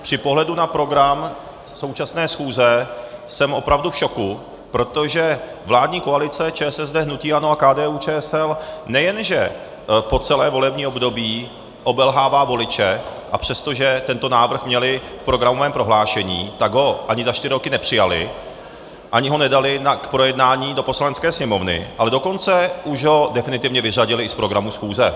Při pohledu na program současné schůze jsem opravdu v šoku, protože vládní koalice ČSSD, hnutí ANO a KDUČSL nejen že po celé volební období obelhává voliče, přestože tento návrh měli v programovém prohlášení, tak ho ani za čtyři roky nepřijali, ani ho nedali k projednání do Poslanecké sněmovny, ale dokonce už ho definitivně vyřadili i z programu schůze.